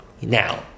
Now